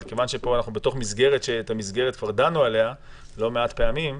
אבל כיוון שאנחנו פה במסגרת שכבר דנו עליה לא מעט פעמים,